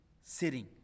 sitting